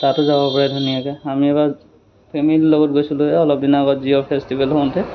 তাতো যাব পাৰে ধুনীয়াকৈ আমি এবাৰ ফেমেলিৰ লগত গৈছিলোঁৱে এই অলপ দিনাৰ আগত জিঅ' ফেষ্টিভেল হওতে